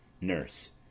Nurse